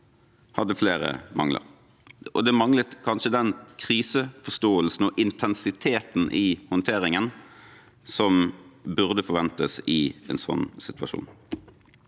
hadde flere mangler. Det manglet kanskje den kriseforståelsen og intensiteten i håndteringen som burde forventes i en slik situasjon.